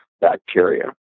bacteria